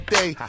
day